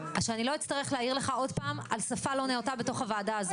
שאני לא אצטרך להעיר לך עוד פעם על שפה לא נאותה בתוך הוועדה הזאת.